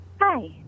Hi